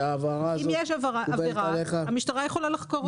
אם יש עבירה, המשטרה יכולה לחקור אותה.